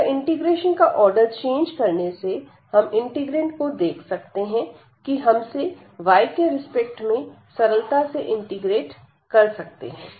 अतः इंटीग्रेशन का order change करने से हम इंटीग्रैंड को देख सकते हैं कि हमसे y के रिस्पेक्ट में सरलता से इंटीग्रेट कर सकते हैं